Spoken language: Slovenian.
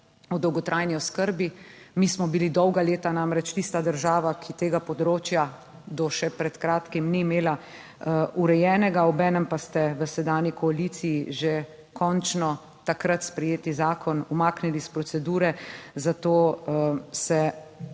o dolgotrajni oskrbi. Mi smo bili dolga leta namreč tista, država, ki tega področja do še pred kratkim ni imela urejenega, obenem pa ste v sedanji koaliciji že končno takrat sprejeti zakon umaknili iz procedure, zato se